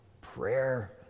Prayer